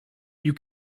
you